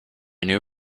new